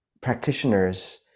practitioners